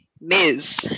ms